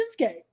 Shinsuke